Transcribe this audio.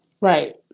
Right